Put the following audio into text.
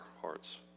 hearts